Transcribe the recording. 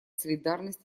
солидарность